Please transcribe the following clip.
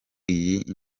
iyi